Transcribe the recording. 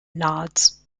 nods